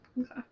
Okay